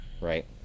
right